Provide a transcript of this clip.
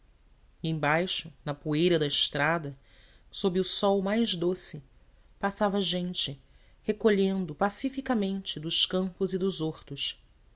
embaixo na poeira da estrada sob o sol mais doce passava gente recolhendo pacificamente dos campos e dos hortos